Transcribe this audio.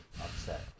upset